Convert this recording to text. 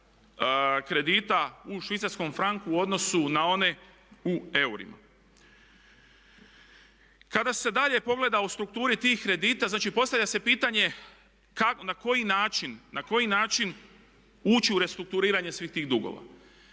kredita u švicarskom franku u odnosu na one u eurima. Kada se dalje pogleda u strukturi tih kredita, znači postavlja se pitanje na koji način ući u restrukturiranje svih tih dugova?